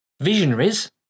Visionaries